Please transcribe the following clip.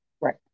Right